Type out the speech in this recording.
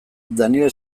danele